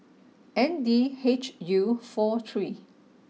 N D H U four three